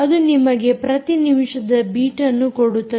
ಅದು ನಿಮಗೆ ಪ್ರತಿ ನಿಮಿಷದ ಬೀಟ್ಅನ್ನು ಕೊಡುತ್ತದೆ